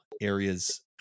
areas